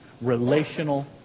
relational